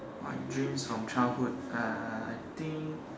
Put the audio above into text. what dreams from childhood uh I think